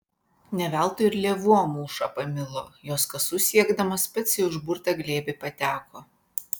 ne veltui ir lėvuo mūšą pamilo jos kasų siekdamas pats į užburtą glėbį pateko